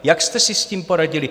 Jak jste si s tím poradili?